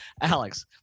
Alex